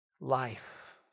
life